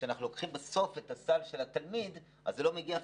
כשאנחנו לוקחים בסוף את הסל של התלמיד הוא לא מגיע אפילו,